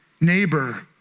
neighbor